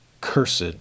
Cursed